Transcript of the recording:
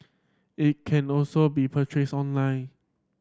it can also be purchased online